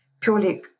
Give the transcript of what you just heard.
purely